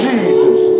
Jesus